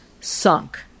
sunk